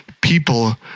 People